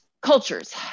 cultures